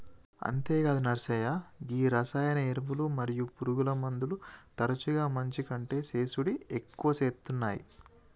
అంతేగాదు నర్సయ్య గీ రసాయన ఎరువులు మరియు పురుగుమందులు తరచుగా మంచి కంటే సేసుడి ఎక్కువ సేత్తునాయి